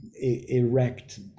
erect